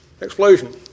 Explosion